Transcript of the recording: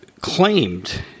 claimed